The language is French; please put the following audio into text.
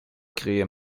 créer